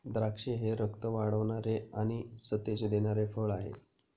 द्राक्षे हे रक्त वाढवणारे आणि सतेज देणारे फळ आहे